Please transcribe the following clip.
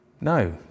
No